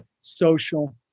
social